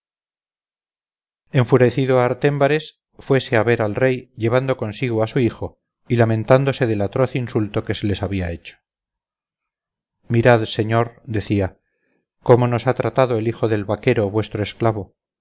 enfurecido artémbares fuese a ver al rey llevando consigo a su hijo y lamentándose del atroz insulto que se les había hecho mirad señor decía cómo nos ha tratado el hijo del vaquero vuestro esclavo